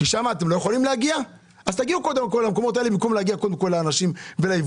אז תגיעו קודם כל למקומות האלה במקום להגיע קודם כל לאנשים וליבואנים.